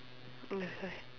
mm that's why